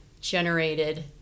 generated